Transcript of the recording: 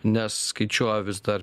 nes skaičiuoja vis dar